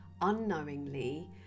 unknowingly